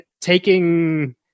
taking